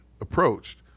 approached